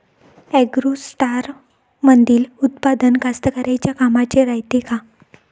ॲग्रोस्टारमंदील उत्पादन कास्तकाराइच्या कामाचे रायते का?